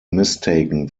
mistaken